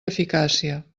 eficàcia